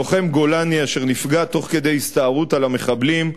לוחם גולני אשר נפגע תוך כדי הסתערות על המחבלים,